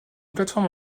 plateforme